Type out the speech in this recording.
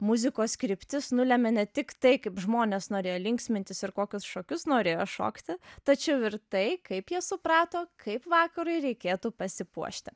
muzikos kryptis nulemia ne tik tai kaip žmonės norėjo linksmintis ir kokius šokius norėjo šokti tačiau ir tai kaip jie suprato kaip vakarui reikėtų pasipuošti